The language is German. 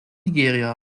nigeria